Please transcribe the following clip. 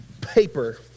paper